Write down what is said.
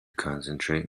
concentrate